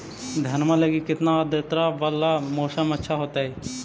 धनमा लगी केतना आद्रता वाला मौसम अच्छा होतई?